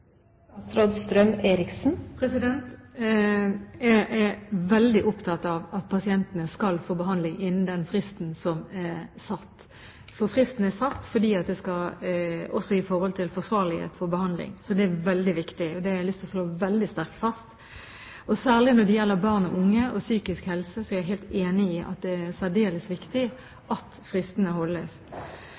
Jeg er veldig opptatt av at pasientene skal få behandling innen den fristen som er satt, for fristen er satt også med tanke på forsvarlighet i behandlingen. Så det er veldig viktig. Det har jeg lyst til å slå veldig sterkt fast. Særlig når det gjelder barn og unge og psykisk helse, er jeg helt enig i at det er særdeles viktig at fristene holdes.